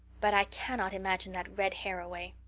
but i cannot imagine that red hair away.